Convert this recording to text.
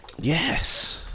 Yes